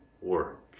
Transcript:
work